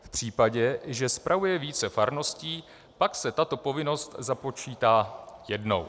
V případě, že spravuje více farností, pak se tato povinnost započítá jednou.